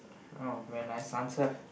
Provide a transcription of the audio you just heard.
oh very nice answer